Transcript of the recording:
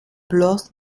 bloß